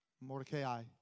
Mordecai